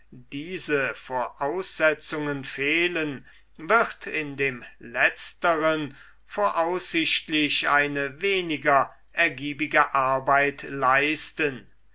diese voraussetzungen fehlen wird in dem letzteren voraussichtlich eine weniger ergiebige arbeit leisten